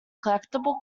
collectible